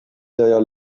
derrière